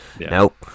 Nope